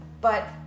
but-